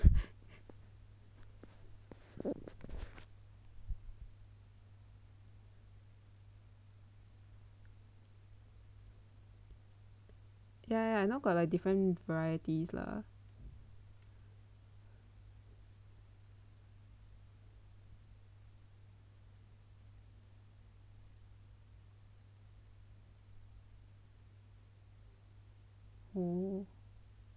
ya ya now like got different varieties lah